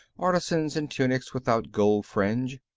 artisans in tunics without gold fringe,